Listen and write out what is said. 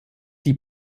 die